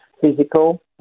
physical